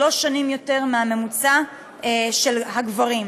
שלוש שנים יותר מהממוצע של הגברים.